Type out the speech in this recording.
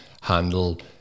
handle